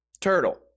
Turtle